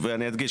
ואני אדגיש,